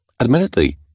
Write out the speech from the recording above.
Admittedly